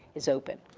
is open,